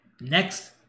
Next